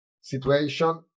situation